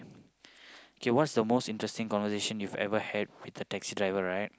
K what's the most interesting conversation you've ever had with a taxi driver right